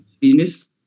business